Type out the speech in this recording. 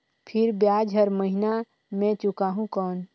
फिर ब्याज हर महीना मे चुकाहू कौन?